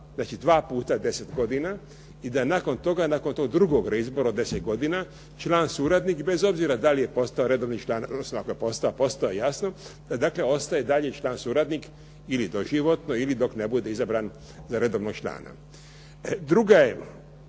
znači dva puta 10 godina i da nakon toga drugog reizbora od 10 godina član suradnik bez obzira da li je postao redovni član, postao je jasno, da dakle ostaje dalje član suradnik ili doživotno ili dok ne bude izabran za redovnog člana. Druga ideja